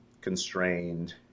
Constrained